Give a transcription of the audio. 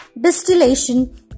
distillation